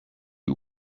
you